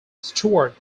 stuart